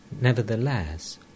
Nevertheless